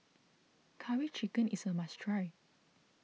Curry Chicken is a must try